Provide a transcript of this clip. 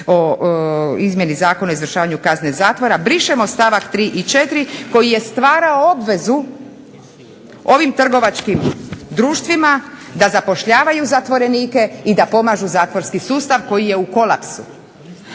o izmjeni Zakona o izvršavanju kazne zatvora, brišemo stavak 3. i 4. koji je stvarao obvezu ovim trgovačkim društvima da zapošljavaju zatvorenike i da pomažu zatvorski sustav koji je u kolapsu.